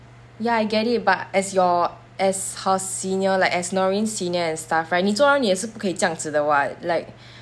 ya I get it but as your as her senior like as norin senior and stuff right 你做人你也是不可以这样子的 [what] like